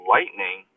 Lightning